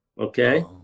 Okay